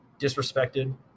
disrespected